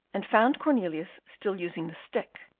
and found cornelius still using the stick,